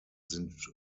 sind